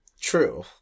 true